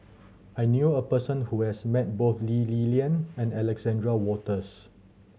I knew a person who has met both Lee Li Lian and Alexander Wolters